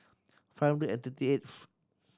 five hundred and thirty eighth